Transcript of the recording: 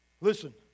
Listen